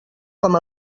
com